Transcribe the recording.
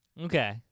Okay